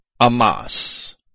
Amas